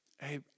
Hey